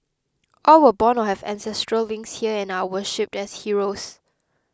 all were born or have ancestral links here and are worshipped as heroes